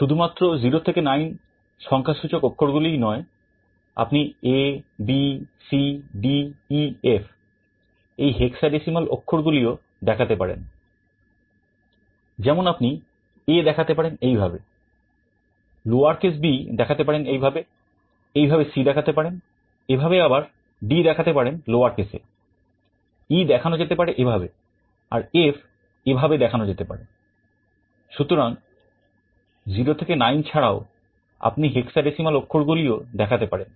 শুধু মাত্র 0 থেকে 9 সংখ্যা সূচক অক্ষরগুলিই নয় আপনি A B C D E F এই হেক্সাডেসিমাল অক্ষর গুলিও দেখাতে পারেনযেমন আপনি A দেখাতে পারেন এইভাবে লোয়ার্ কেস b দেখাতে পারেন এইভাবে এইভাবে C দেখাতে পারেন এভাবে আবার d দেখাতে পারেন লোয়ার্ কেস এ E দেখানো যেতে পারে এভাবে আর F এভাবে দেখানো যেতে পারে সুতরাং 0 থেকে 9 ছাড়াও আপনি হেক্সাডেসিমাল অক্ষর গুলিও দেখাতে পারেন